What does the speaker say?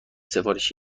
سفارش